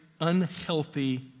unhealthy